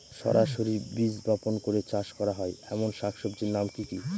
সরাসরি বীজ বপন করে চাষ করা হয় এমন শাকসবজির নাম কি কী?